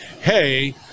hey